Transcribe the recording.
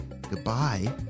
goodbye